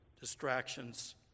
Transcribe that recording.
distractions